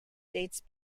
dates